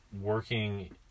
working